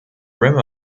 rim